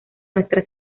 nuestra